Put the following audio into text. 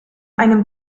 einem